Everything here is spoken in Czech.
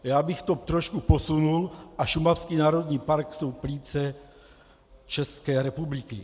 Já bych to trošku posunul a šumavský národní park jsou plíce České republiky.